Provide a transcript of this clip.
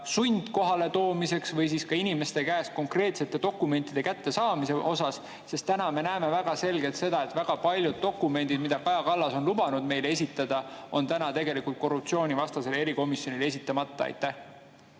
sundkohaletoomiseks või inimeste käest konkreetsete dokumentide kättesaamiseks? Praegu me näeme selgelt, et väga paljud dokumendid, mille Kaja Kallas on lubanud meile esitada, on tegelikult korruptsioonivastasele erikomisjonile esitamata. Aitäh!